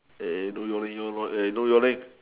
eh eh don't yawning yawn eh no yawning